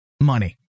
money